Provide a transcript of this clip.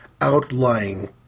outlying